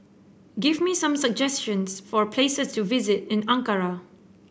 give me some suggestions for places to visit in Ankara